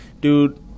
Dude